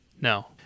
No